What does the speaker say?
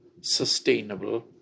sustainable